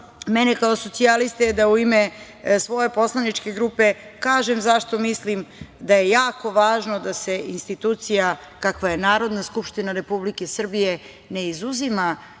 mene kao socijaliste, da u ime svoje poslaničke grupe kažem zašto mislim da je jako važno da se institucija kakva je Narodna skupština Republike Srbije ne izuzima